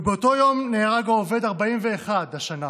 ובאותו יום נהרג העובד ה-41 השנה